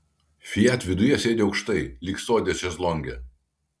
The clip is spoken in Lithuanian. fiat viduje sėdi aukštai lyg sode šezlonge